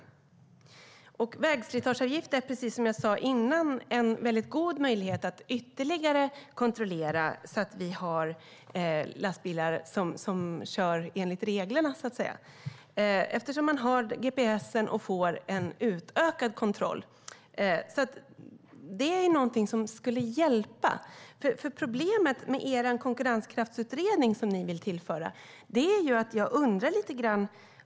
Precis som jag sa innan är vägslitageavgift en väldigt god möjlighet att ytterligare kontrollera att vi har lastbilar som kör enligt reglerna eftersom de har gps och man därmed får en utökad kontroll. Det är någonting som skulle hjälpa. Det finns problem med er konkurrenskraftsutredning som ni vill tillföra.